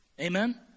Amen